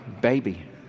baby